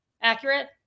accurate